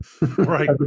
right